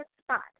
spot